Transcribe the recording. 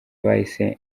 bahise